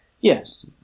yes